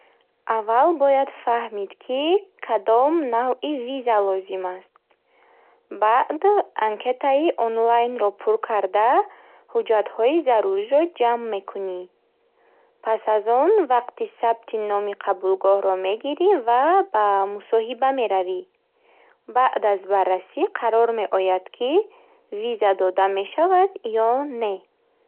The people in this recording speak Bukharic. Аввал бояд фаҳмид, ки кадом навъи виза лозим аст. Баъд анкетаи онлайнро пур карда, ҳуҷҷатҳои заруриро ҷамъ мекунӣ. Пас аз он, вақти сабти номи қабулгоҳро мегирӣ ва ба мусоҳиба меравӣ. Баъд аз баррасӣ, қарор меояд, ки виза дода мешавад ё не.